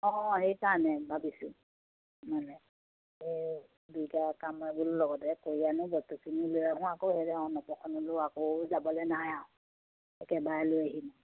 অঁ সেইকাৰণে ভাবিছোঁ মানে এই দুইটায়ে কামে বোলো লগতে কৰি আনো বস্তুখিনি লৈ আহোঁ আকৌ সেই অন্নপ্ৰশনও আকৌ যাবলৈ নাই আৰু একেবাৰে লৈ আহিম